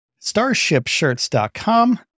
starshipshirts.com